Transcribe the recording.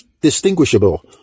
distinguishable